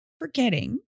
forgetting